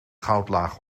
goudlaag